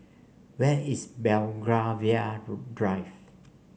where is Belgravia Drive